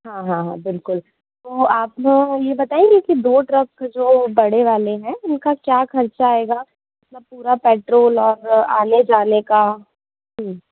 हाँ हाँ हाँ बिल्कुल तो आप ये बताएंगी कि दो ट्रक जो बड़े वाले है उनका क्या खर्चा आएगा मतलब पूरा पेट्रोल और आने जाने का